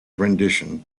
rendition